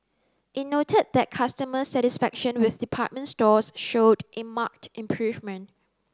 it noted that customer satisfaction with department stores showed a marked improvement